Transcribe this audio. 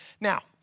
Now